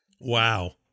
Wow